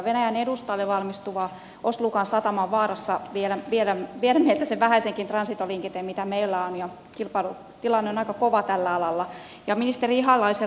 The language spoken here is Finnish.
venäjän edustalle valmistuva ust lugan satama on vaarassa viedä meiltä sen vähäisenkin transitoliikenteen mitä meillä on ja kilpailutilanne on aika kova tällä alalla